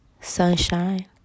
sunshine